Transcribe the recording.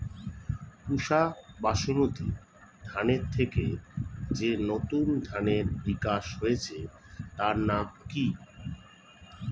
পুসা বাসমতি ধানের থেকে যে নতুন ধানের বিকাশ হয়েছে তার নাম কি?